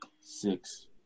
six